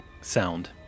sound